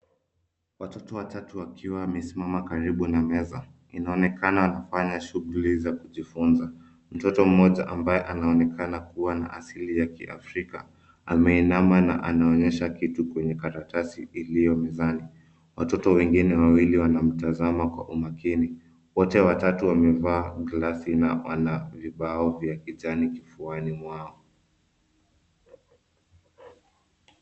Watoto watatu wakiwa wamesimama karibu na meza. Inaonekana wanafanya shuguli za kujifunza. Mtoto mmoja ambaye anaoenekana kuwa na kiasili ya kiafrika , ameinama na anaonyesha kitu kwenye karatasi iliyo mezani. Watoto wengine wawili wanamtazama kwa umakini. Wote watatu wamevaa glasi na wana vibao vya kijani kifuani mwao.